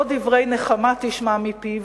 לא דברי נחמה תשמע מפיו,